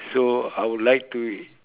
so I would like to